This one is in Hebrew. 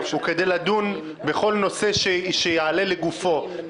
הוא כדי לדון בכל נושא שיעלה לגופו.